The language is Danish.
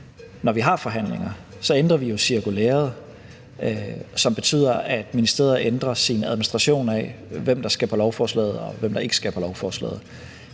når vi har forhandlinger, ændrer vi jo cirkulæret, som betyder, at ministeriet ændrer sin administration af, hvem der skal på lovforslaget, og hvem der ikke skal på lovforslaget.